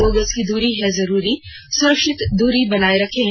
दो गज की दूरी है जरूरी सुरक्षित दूरी बनाए रखें